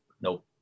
nope